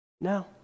No